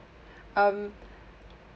um